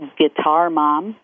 guitarmom